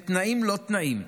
בתנאים-לא-תנאים,